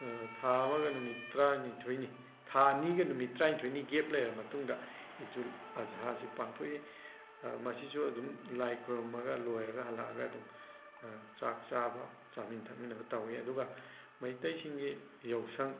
ꯊꯥ ꯑꯃꯒ ꯅꯨꯃꯤꯠ ꯇꯔꯥꯅꯤꯊꯣꯏꯅꯤ ꯊꯥ ꯑꯅꯤꯒ ꯅꯨꯃꯤꯠ ꯇꯔꯥꯏꯟꯊꯣꯏꯅꯤ ꯒꯦꯞ ꯂꯩꯔꯕ ꯃꯇꯨꯡꯗ ꯏꯗꯨꯜ ꯑꯓꯥꯁꯤ ꯄꯥꯡꯊꯣꯛꯏ ꯃꯁꯤꯁꯨ ꯑꯗꯨꯝ ꯂꯥꯏ ꯈꯣꯏꯔꯝꯃꯒ ꯂꯣꯏꯔꯒ ꯈꯜꯂꯛꯑꯒ ꯑꯗꯨꯝ ꯆꯥꯛ ꯆꯥꯕ ꯆꯥꯃꯤꯟ ꯊꯛꯃꯤꯟꯅꯕ ꯇꯧꯋꯤ ꯑꯗꯨꯒ ꯃꯩꯇꯩꯁꯤꯡꯒꯤ ꯌꯥꯎꯁꯪ